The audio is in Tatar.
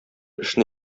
эшне